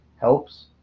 helps